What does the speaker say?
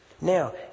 Now